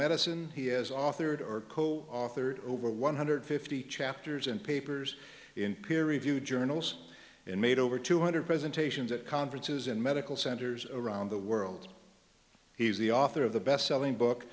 medicine he has authored or co authored over one hundred fifty chapters and papers in peer reviewed journals and made over two hundred presentations at conferences and medical centers around the world he's the author of the bestselling book